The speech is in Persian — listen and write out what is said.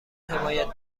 حمایت